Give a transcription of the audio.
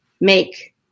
make